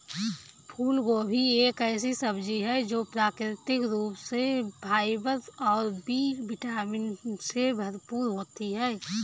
फूलगोभी एक ऐसी सब्जी है जो प्राकृतिक रूप से फाइबर और बी विटामिन से भरपूर होती है